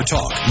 Talk